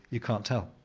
you can't tell.